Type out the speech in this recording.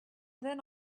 then